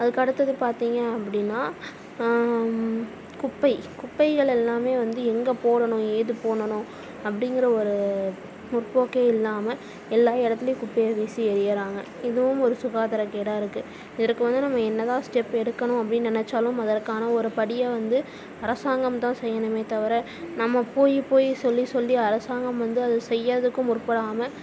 அதுக்கடுத்தது பார்த்திங்க அப்படின்னா குப்பை குப்பைகள் எல்லாம் வந்து எங்கே போடணும் ஏது போனனும் அப்படிங்குற ஒரு முற்போக்கு இல்லாமல் எல்லாம் இடத்திலியும் குப்பையை வீசி எறிகிறாங்க இதுவும் ஒரு சுகாதார கெடாக இருக்குது இதற்கு வந்து நம்ம என்ன தான் ஸ்டெப்பு எடுக்கணும் அப்படின்னு நினச்சாலும் அதற்கான ஒரு படியாக வந்து அரசாங்கம்ந்தான் செய்யணுமே தவிர நம்ம போய் போய் சொல்லி சொல்லி அரசாங்கம் வந்து அத செய்யாததுக்கும் முற்படாமல்